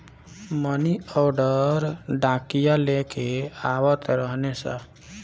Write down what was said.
मनी order डाकिया लेके आवत रहने सन